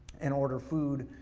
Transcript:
and order food,